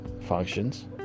functions